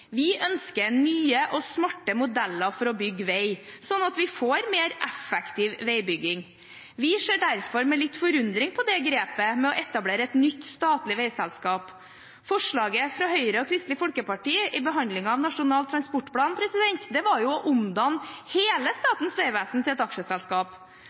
Vi ønsker nye og smarte modeller for å bygge vei, sånn at vi får mer effektiv veibygging. Vi ser derfor med litt forundring på grepet med å etablere et nytt statlig veiselskap. Forslaget fra Høyre og Kristelig Folkeparti i behandlingen av Nasjonal transportplan var å omdanne hele Statens vegvesen til et aksjeselskap.